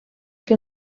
que